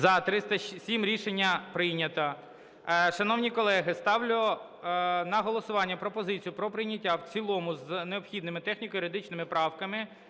За-307 Рішення прийнято. Шановні колеги, ставлю на голосування пропозицію про прийняття в цілому з необхідними техніко-юридичними правками